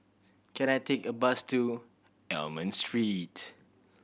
can I take a bus to Almond Street